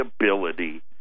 ability